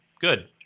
Good